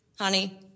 honey